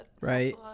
Right